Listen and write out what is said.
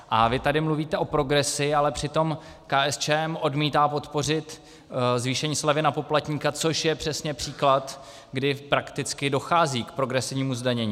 A vy tady mluvíte o progresi, ale přitom KSČM odmítá podpořit zvýšení slevy na poplatníka, což je přesně příklad, kdy prakticky dochází k progresivnímu zdanění.